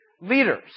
leaders